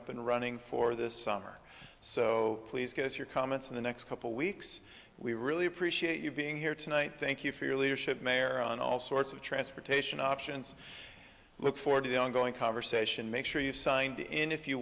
up and running for this summer so please give us your comments in the next couple weeks we really appreciate you being here tonight thank you for your leadership mayor on all sorts of transportation options look forward to the ongoing conversation make sure you've signed in if you